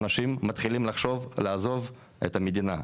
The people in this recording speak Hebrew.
אנשים מתחילים לחשוב לעזוב את המדינה.